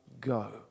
go